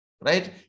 right